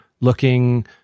looking